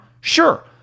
Sure